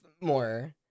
more